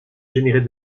générer